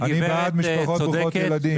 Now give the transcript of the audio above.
אני בעד משפחות ברוכות ילדים.